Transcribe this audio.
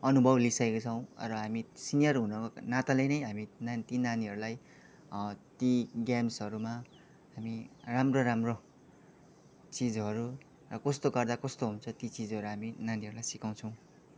अनुभव लिइसकेका छौँ र हामी सिनियर हुनको नाताले नै हामी ति नानीहरूलाई ती गेम्सहरूमा हामी राम्रो राम्रो चिजहरू कस्तो गर्दा कस्तो हुन्छ ती चिजहरू हामी नानीहरूलाई सिकाउँछौँ